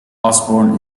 osborne